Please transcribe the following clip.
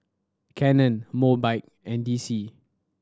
Canon Mobike and D C